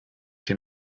hier